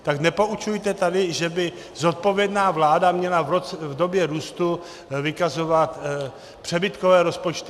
Tak nepoučujte tady, že by zodpovědná vláda měla v době růstu vykazovat přebytkové rozpočty.